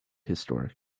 historic